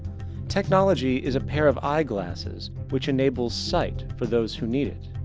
technology is a pair of eye glasses, which enables sight for those who need it.